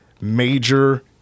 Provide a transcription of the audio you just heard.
major